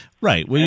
Right